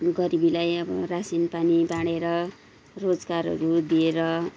गरिबीलाई अब रासिन पानी बाँडेर रोजगारहरू दिएर